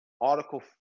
Article